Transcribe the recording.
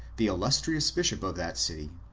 the illustrious bishop of that city.